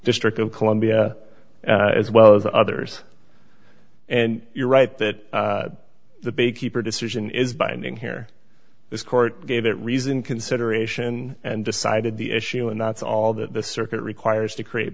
district of columbia as well as the others and you're right that the big keeper decision is binding here this court gave it reason consideration and decided the issue and that's all that the circuit requires to create